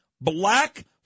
Black